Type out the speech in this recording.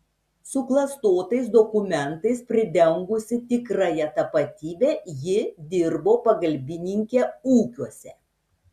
suklastotais dokumentais pridengusi tikrąją tapatybę ji dirbo pagalbininke ūkiuose